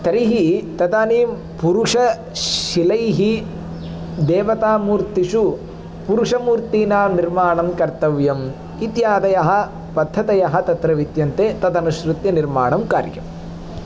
तर्हि तदानीं पुरुषशिलैः देवतामूर्तिषु पुरुषमूर्तीनां निर्माणं कर्तव्यम् इत्यादयः पद्धतयः तत्र विद्यन्ते तदनुसृत्य निर्माणं कार्यम्